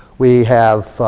we have,